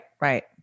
right